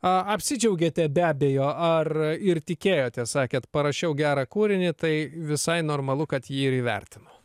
apsidžiaugėte be abejo ar ir tikėjote sakėt parašiau gerą kūrinį tai visai normalu kad jį ir įvertino